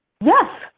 Yes